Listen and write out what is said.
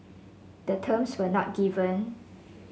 the terms were not given